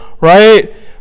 right